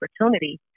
opportunity